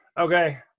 okay